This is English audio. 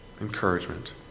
Encouragement